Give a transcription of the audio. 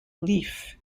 leaf